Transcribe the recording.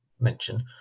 mention